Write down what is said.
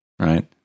Right